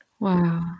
Wow